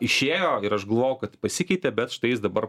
išėjo ir aš galvojau kad pasikeitė bet štai jis dabar